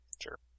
Sure